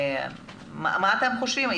מה אתם חושבים?